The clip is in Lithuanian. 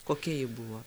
kokia ji buvo